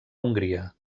hongria